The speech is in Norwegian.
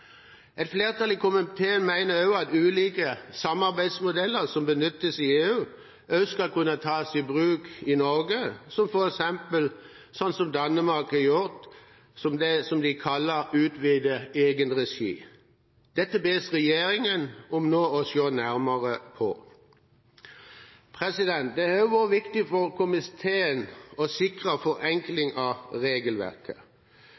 Et flertall i komiteen mener også at ulike samarbeidsmodeller som benyttes i EU, også skal kunne tas i bruk i Norge, f.eks. slik Danmark har gjort knyttet til det som kalles «utvidet egenregi». Dette bes regjeringen om nå å se nærmere på. Det har også vært viktig for komiteen å sikre